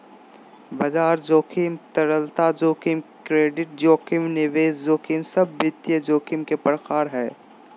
बाजार जोखिम, तरलता जोखिम, क्रेडिट जोखिम, निवेश जोखिम सब वित्तीय जोखिम के प्रकार हय